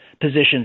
positions